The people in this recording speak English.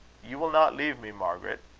you will not leave me, margaret?